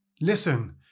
Listen